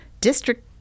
district